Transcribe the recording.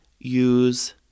use